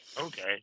Okay